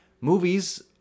movies